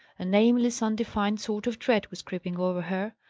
a nameless, undefined sort of dread was creeping over her.